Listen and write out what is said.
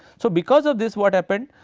so, because of this what happened?